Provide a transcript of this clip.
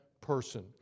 person